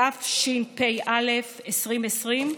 התשפ"א 2020,